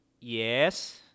Yes